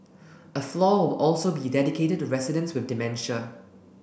a floor will also be dedicated to residents with dementia